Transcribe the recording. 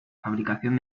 fabricación